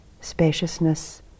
spaciousness